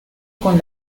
con